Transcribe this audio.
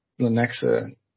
Lenexa